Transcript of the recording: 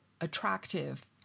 Attractive